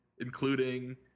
including